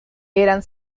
eran